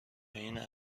این